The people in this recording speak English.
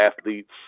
athletes